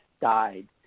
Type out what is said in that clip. died